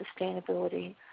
sustainability